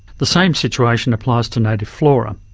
the same situation applies to native flora.